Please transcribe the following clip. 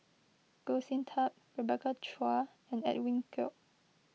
Goh Sin Tub Rebecca Chua and Edwin Koek